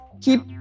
keep